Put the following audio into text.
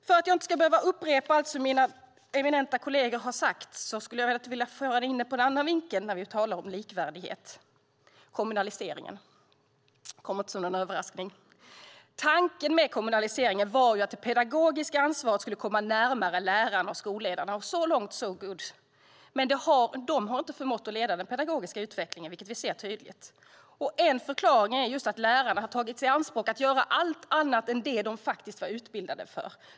För att jag inte ska behöva upprepa allt som mina eminenta kolleger har sagt skulle jag vilja föra in en annan vinkling när vi talar om likvärdighet, nämligen kommunaliseringen. Det kom nog inte som någon överraskning. Tanken med kommunaliseringen var att det pedagogiska ansvaret skulle komma närmare lärarna och skolledarna. Så långt so good. Men de har inte förmått leda den pedagogiska utvecklingen, vilket vi ser tydligt. En förklaring är att lärarna har tagit sig an att göra allt möjligt annat än det de är utbildade för.